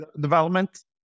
development